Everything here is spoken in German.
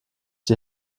die